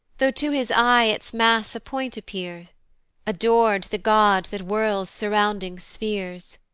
though to his eye its mass a point appears ador'd the god that whirls surrounding spheres,